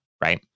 right